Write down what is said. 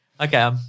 Okay